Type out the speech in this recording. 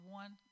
one